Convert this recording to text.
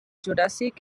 juràssic